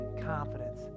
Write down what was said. confidence